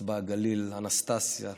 באצבע הגליל, אנסטסיה.